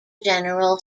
general